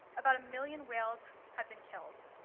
about a million whales have been killed.